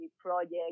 project